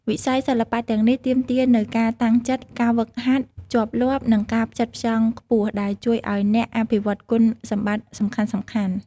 វិស័យសិល្បៈទាំងនេះទាមទារនូវការតាំងចិត្ត ការហ្វឹកហាត់ជាប់លាប់ និងការផ្ចិតផ្ចង់ខ្ពស់ ដែលជួយឱ្យអ្នកអភិវឌ្ឍគុណសម្បត្តិសំខាន់ៗ។